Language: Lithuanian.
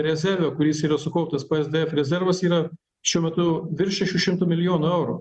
rezerve kuris yra sukauptas psdf rezervas yra šiuo metu virš šešių šimtų milijonų eurų